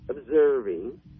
observing